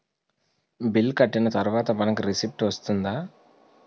Bill కట్టిన తర్వాత మనకి రిసీప్ట్ వస్తుందా?